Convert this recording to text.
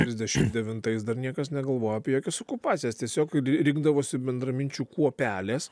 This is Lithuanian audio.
trisdešim devintais dar niekas negalvojo apie jokias okupacijas tiesiog rinkdavosi bendraminčių kuopelės